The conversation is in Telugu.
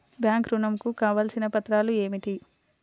బ్యాంక్ ఋణం కు కావలసిన పత్రాలు ఏమిటి?